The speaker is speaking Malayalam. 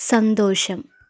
സന്തോഷം